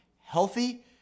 healthy